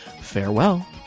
farewell